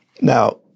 Now